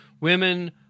women